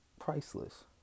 Priceless